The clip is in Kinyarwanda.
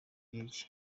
brig